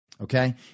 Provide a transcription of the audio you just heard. okay